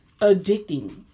addicting